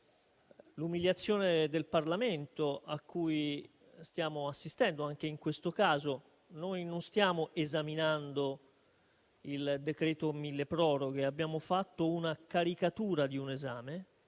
l'umiliazione del Parlamento a cui stiamo assistendo anche in questo caso. Noi non stiamo esaminando il decreto milleproroghe, ma abbiamo fatto una caricatura di un esame.